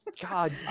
god